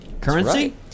Currency